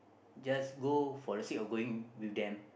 just go for the sake of going with them